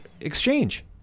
exchange